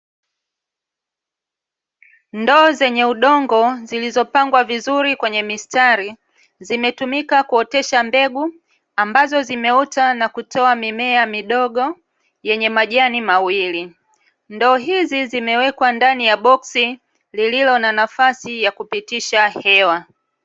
Ndoo zenye udongo zilizopangwa vizuri kwenye mistari, zimetumika kuotesha mbegu, ambazo zimeota na kutoa mimea midogo yenye majani mawili. Ndoo hizi zimewekwa ndani ya boksi, lililo na nafasi ya kupitisha hewa.